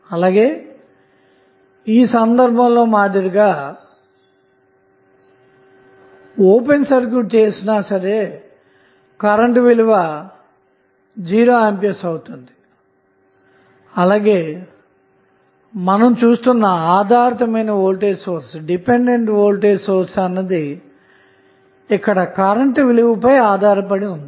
అలాగే ఈ సందర్భంలో మాదిరిగా ఓపెన్ సర్క్యూట్ చేసినా కరెంట్విలువ '0' ఏ అవుతుంది అలాగే మనం చూస్తున్న ఆధారితమైన వోల్టేజ్ సోర్స్ అన్నది కరెంటు విలువ పై ఆధారపడి ఉంటుంది